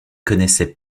connaissait